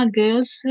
girls